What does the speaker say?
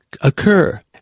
occur